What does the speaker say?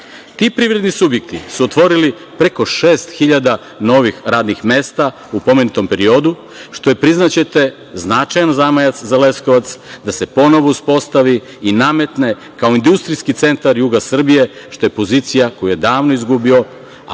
Ti privredni subjekti su otvorili pre 6.000 novih radnih mesta u pomenutom periodu, što je, priznaćete, značajan zamajac za Leskovac, da se ponovo uspostavi i nametne kao industrijski centar juga Srbije, što je pozicija koju je davno izgubio